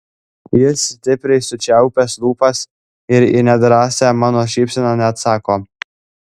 jis stipriai sučiaupęs lūpas ir į nedrąsią mano šypseną neatsako